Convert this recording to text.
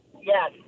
Yes